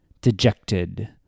dejected